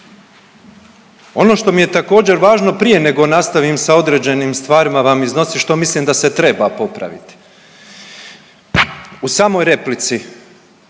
Ono što mi je također važno prije nego nastavim sa određenim stvarima vam iznosit što mislim da se treba popraviti. U samoj replici